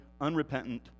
unrepentant